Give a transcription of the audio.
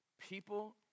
People